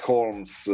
Holmes